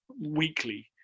weekly